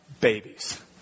babies